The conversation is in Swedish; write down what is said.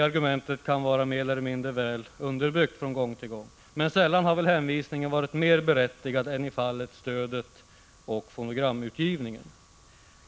Argumentet kan vara mer eller mindre väl underbyggt från gång till gång, men sällan har väl hänvisningen varit mer berättigad än i fallet med stöd till fonogramutgivningen.